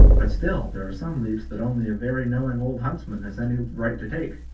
but still there are some leaps that only a very knowing old huntsman has any right to take.